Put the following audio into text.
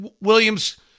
Williams